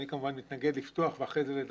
אני כמובן מתנגד לפתוח ואחר כך לדבר,